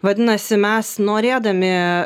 vadinasi mes norėdami